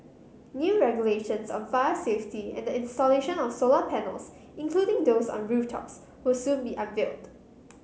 new regulations on fire safety and the installation of solar panels including those on rooftops will soon be unveiled